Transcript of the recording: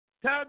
Tell